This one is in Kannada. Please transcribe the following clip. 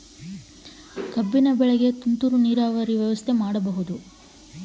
ಕಬ್ಬಿನ ಬೆಳೆಗೆ ತುಂತುರು ನೇರಾವರಿ ವ್ಯವಸ್ಥೆ ಮಾಡಬಹುದೇ?